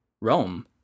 Rome